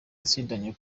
yatsindanye